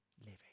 living